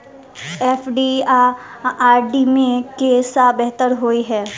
FD आ RD मे केँ सा बेहतर होइ है?